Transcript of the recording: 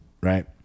right